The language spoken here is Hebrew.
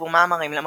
כתבו מאמרים למגזין.